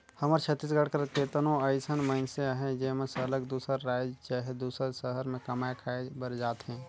हमर छत्तीसगढ़ कर केतनो अइसन मइनसे अहें जेमन सरलग दूसर राएज चहे दूसर सहर में कमाए खाए बर जाथें